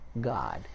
God